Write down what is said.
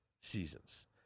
seasons